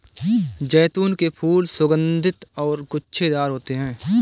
जैतून के फूल सुगन्धित और गुच्छेदार होते हैं